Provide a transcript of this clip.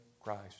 Christ